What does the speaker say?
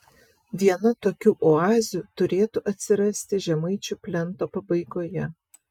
viena tokių oazių turėtų atsirasti žemaičių plento pabaigoje